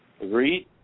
Agreed